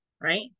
right